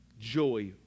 joy